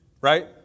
right